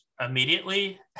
immediately